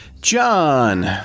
John